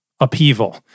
upheaval